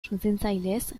suntsitzaileez